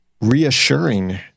reassuring